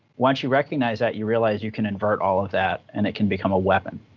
once you recognize that, you realize you can invert all of that and it can become a weapon.